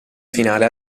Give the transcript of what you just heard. finale